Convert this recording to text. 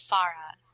Farah